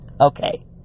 Okay